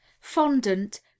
Fondant